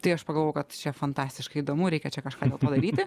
tai aš pagalvojau kad čia fantastiškai įdomu reikia čia kažką gal padaryti